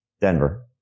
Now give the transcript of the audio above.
Denver